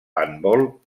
handbol